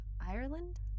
Ireland